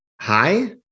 Hi